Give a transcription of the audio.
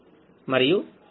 మరియు ఆ మందగింపు 0 గాఉంటుంది